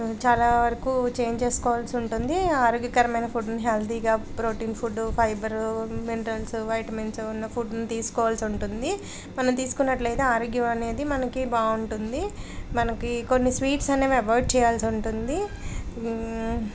చాలా వరకు చేంజ్ చేసుకోవాల్సి ఉంటుంది ఆరోగ్యకరమైన ఫుడ్ని హెల్తీగా protein food fibre minerals vitamins ఉన్న ఫుడ్ని తీసుకోవాల్సి ఉంటుంది మనం తీసుకున్నట్లయితే ఆరోగ్యం అనేది మనకు బాగంటుంది మనకి కొన్ని స్వీట్స్ అనేవి అవాయిడ్ చేయాల్సి ఉంటుంది